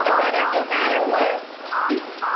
ah brother no matter what. he's